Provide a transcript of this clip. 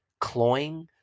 cloying